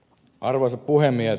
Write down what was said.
arvoisa puhemies